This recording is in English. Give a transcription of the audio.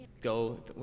go